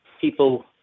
people